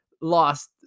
lost